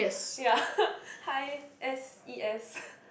ya high s_e_s